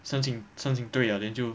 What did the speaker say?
申请申请对 liao then 就